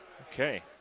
Okay